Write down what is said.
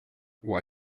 why